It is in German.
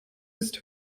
ist